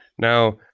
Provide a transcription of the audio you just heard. now,